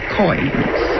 coins